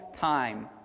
time